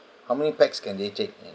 how many pax can they take